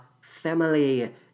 family